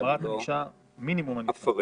דבר חמישי, גירוש.